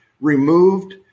removed